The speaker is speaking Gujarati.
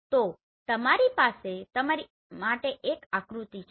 તો મારી પાસે તમારી માટે એક આકૃતિ છે